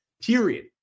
period